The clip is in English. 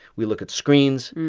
we look at screens.